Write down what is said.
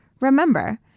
Remember